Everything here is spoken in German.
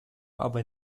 aber